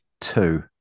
two